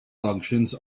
functions